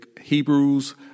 Hebrews